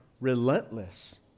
relentless